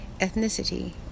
ethnicity